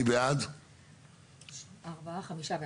הצבעה אושר.